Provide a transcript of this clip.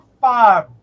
five